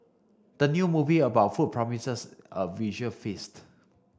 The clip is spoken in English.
the new movie about food promises a visual feast